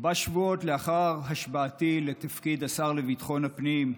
ארבעה שבועות לאחר השבעתי לתפקיד השר לביטחון הפנים,